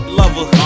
lover